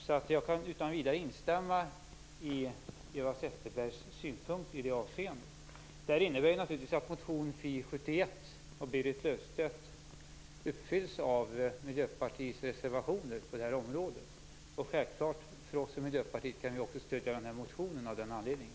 Jag kan alltså utan vidare instämma i Eva Zetterbergs synpunkter i det avseendet. Det innebär naturligtvis att det som anförs i motion Fi71 av Berit Löfstedt uppfylls av Miljöpartiets reservationer på området. Självfallet kan Miljöpartiet av den anledningen också stödja motionen.